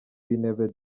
w’intebe